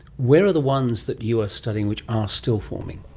where are the ones that you are studying which are still forming?